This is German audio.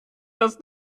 das